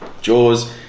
Jaws